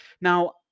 Now